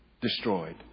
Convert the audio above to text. destroyed